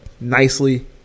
nicely